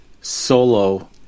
solo